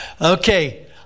Okay